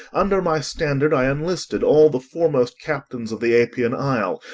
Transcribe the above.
under my standard i enlisted all the foremost captains of the apian isle,